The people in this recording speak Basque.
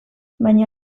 baina